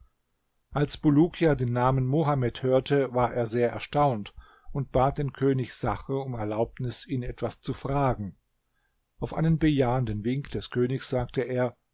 als bulukia den namen mohammed hörte war er sehr erstaunt und bat den könig sachr um erlaubnis ihn etwas zu fragen auf einen bejahenden wink des königs sagte er